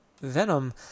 venom